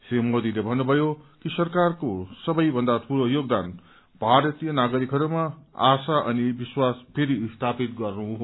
श्री मोदीले भन्नुभयो कि सरकारको सबैभन्दा ठूलो योगदान भारतीय नागरिकहरूमा आशा अनि विश्वास फेरि स्थापित गर्नु हो